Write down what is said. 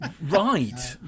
right